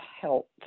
help